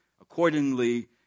Accordingly